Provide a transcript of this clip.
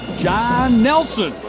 jon nelson.